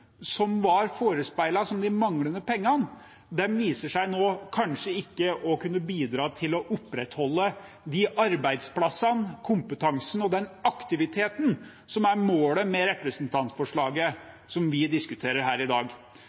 som var forespeilet, nå viser seg kanskje ikke å kunne bidra til å opprettholde de arbeidsplassene, den kompetansen og den aktiviteten som er målet med representantforslaget som vi diskuterer her i dag.